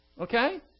Okay